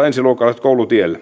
ensiluokkalaiset koulutielle